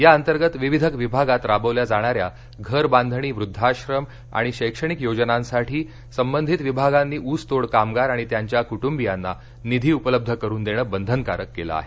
या अंतर्गत विविध विभागांत राबवल्या जाणाऱ्या घर बांधणी वृद्वाश्रम आणि शैक्षणिक योजनांसाठी संबंधित विभागांनी ऊसतोड कामगार आणि त्यांच्या कुटुंबियांना निधी उपलब्ध करुन देण बंधनकारक केलं आहे